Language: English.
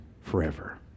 forever